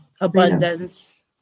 abundance